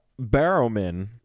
Barrowman